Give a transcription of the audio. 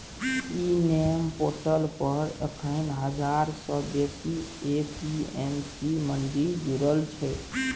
इ NAM portal पर एखन हजार सँ बेसी ए.पी.एम.सी मंडी जुरल छै